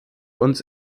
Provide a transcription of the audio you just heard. uns